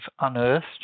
unearthed